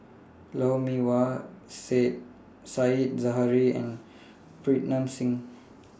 Lou Mee Wah Said Zahari and Pritam Singh